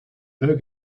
bug